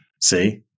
See